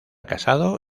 casado